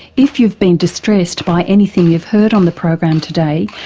if you've been distressed by anything you've heard on the program today,